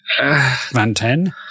Vanten